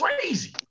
crazy